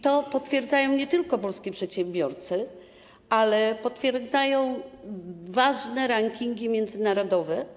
To potwierdzają nie tylko polscy przedsiębiorcy, ale potwierdzają to ważne rankingi międzynarodowe.